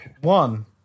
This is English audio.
One